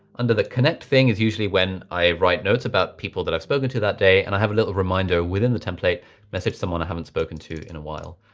under the connect thing is usually when i write notes about people that i've spoken to that day. and i have a little reminder within the template message someone i haven't spoken to in a while.